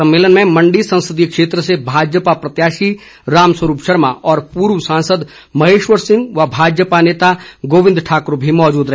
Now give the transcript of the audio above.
सम्मेलन में मंडी संसदीय क्षेत्र से भाजपा प्रत्याशी राम स्वरूप शर्मा और पूर्व सांसद महेश्वर सिंह व भाजपा नेता गोबिंद ठाकुर भी मौजूद रहे